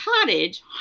cottage